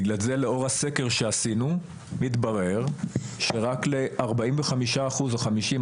בגלל זה לאור הסקר שעשינו מתברר שרק לארבעים וחמישה אחוז או חמישים,